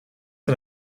and